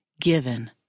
given